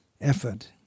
effort